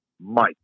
Mike